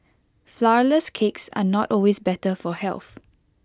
Flourless Cakes are not always better for health